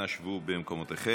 אנא שבו במקומותיכם.